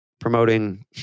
promoting